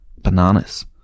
Bananas